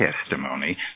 testimony